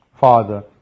father